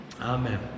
Amen